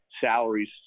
salaries